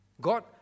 God